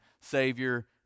Savior